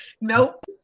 Nope